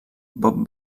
bob